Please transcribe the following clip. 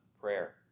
prayer